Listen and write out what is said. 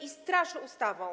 i straszy ustawą.